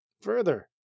Further